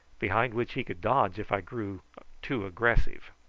behind which he could dodge if i grew too aggressive.